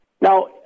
Now